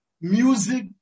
music